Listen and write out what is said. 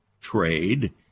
trade